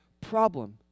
problem